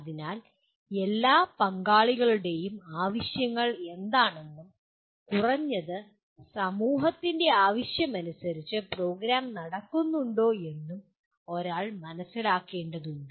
അതിനാൽ എല്ലാ പങ്കാളികളുടെയും ആവശ്യങ്ങൾ എന്താണെന്നും കുറഞ്ഞത് സമൂഹത്തിന്റെ ആവശ്യമനുസരിച്ച് പ്രോഗ്രാം നടക്കുന്നുണ്ടോ എന്നും ഒരാൾ മനസിലാക്കേണ്ടതുണ്ട്